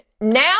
Now